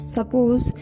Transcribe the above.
Suppose